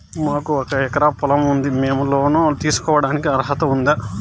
మాకు ఒక ఎకరా పొలం ఉంది మేము లోను తీసుకోడానికి అర్హత ఉందా